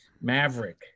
Maverick